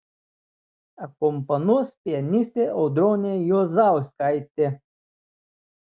akompanuos pianistė audronė juozauskaitė